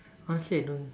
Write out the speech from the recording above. honestly I don't